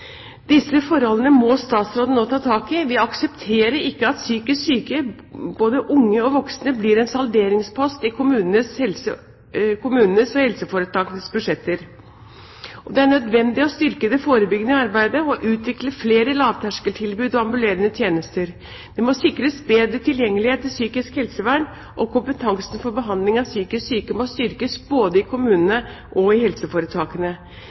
Disse forholdene må statsråden nå ta tak i. Vi aksepterer ikke at psykisk syke, både unge og voksne, blir en salderingspost i kommunenes og helseforetakenes budsjetter. Det er nødvendig å styrke det forebyggende arbeidet og å utvikle flere lavterskeltilbud og ambulerende tjenester. Det må sikres bedre tilgjengelighet til psykisk helsevern, og kompetansen for behandling av psykisk syke må styrkes både i kommunene og i helseforetakene.